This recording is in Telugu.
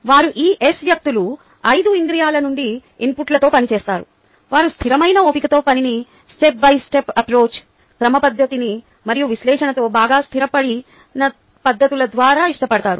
వారు ఈ S వ్యక్తులు 5 ఇంద్రియాల నుండి ఇన్పుట్తో పని చేస్తారు వారు స్థిరమైన ఓపికతో పనిని స్టెప్ బై స్టెప్ అప్రోచ్క్రమపద్ధతి మరియు విశ్లేషణలతో బాగా స్థిరపడిన పద్ధతుల ద్వారా ఇష్టపడతారు